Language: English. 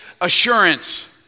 Assurance